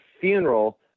funeral